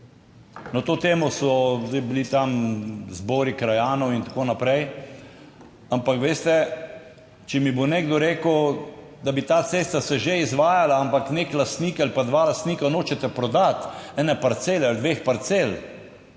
Na to temo so zdaj bili tam zbori krajanov in tako naprej, ampak veste, če mi bo nekdo rekel, da bi ta cesta se že izvajala, ampak nek lastnik ali pa dva lastnika nočete prodati ene parcele ali dveh parcel,